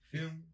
Film